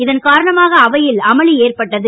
இதன் காரணமாக அவையில் அமளி ஏற்பட்டது